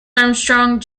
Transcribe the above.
armstrong